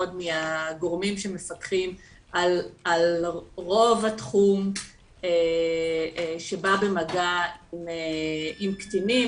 מהגורמים שמפקחים על רוב התחום שבא במגע עם קטינים,